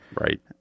Right